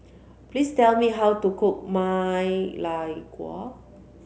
please tell me how to cook Ma Lai Guo